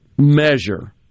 measure